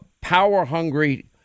power-hungry